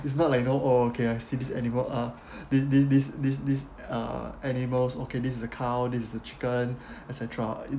it's not like you know oh okay I see this animal uh they they they this this uh animal okay this is a cow this a chicken et cetera